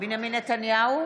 בנימין נתניהו,